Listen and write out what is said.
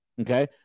okay